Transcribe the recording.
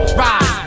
rise